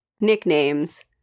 nicknames